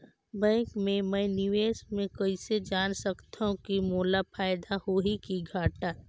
Bank मे मैं निवेश मे कइसे जान सकथव कि मोला फायदा होही कि घाटा?